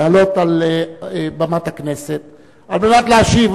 לעלות על במת הכנסת על מנת להשיב